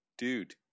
Dude